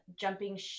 jumping